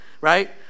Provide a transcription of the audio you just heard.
right